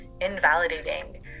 invalidating